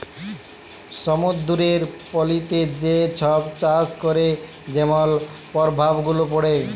সমুদ্দুরের পলিতে যে ছব চাষ ক্যরে যেমল পরভাব গুলা পড়ে